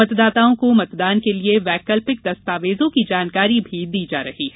मतदाताओं को मतदान के लिए वैकल्पिक दस्तावेजों की जानकारी दी जा रही है